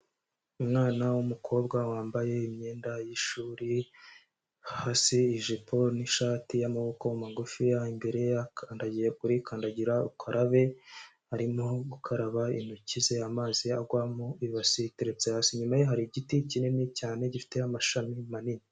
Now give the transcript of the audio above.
Umwana w'umukobwa, wambaye imyenda y'ishuri, hasi ijipo, n'ishati y'amaboko magufiya, imbere akandagiye kuri kandagira ukarabe, arimo gukaraba intoki ze, amazi agwa mu ibasi iteretse hasi, inyuma ye hari igiti kinini cyane, gifite amashami manini.